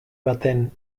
baten